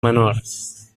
menors